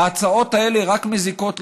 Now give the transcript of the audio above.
ההצעות האלה רק מזיקות לנו.